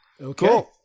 Okay